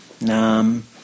nam